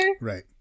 Right